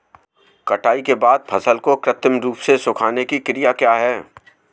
कटाई के बाद फसल को कृत्रिम रूप से सुखाने की क्रिया क्या है?